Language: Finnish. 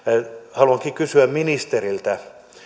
haluankin kysyä ministeriltä